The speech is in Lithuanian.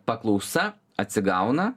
paklausa atsigauna